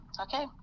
Okay